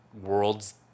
world's